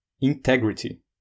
integrity